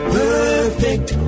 perfect